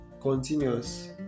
continuous